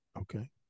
Okay